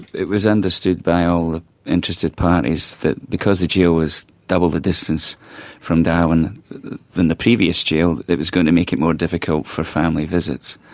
it was understood by all the interested parties that because the jail was double the distance from darwin than the previous jail, it was going to make it more difficult for family visits.